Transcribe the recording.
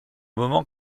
moment